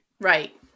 right